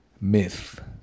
myth